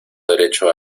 derecho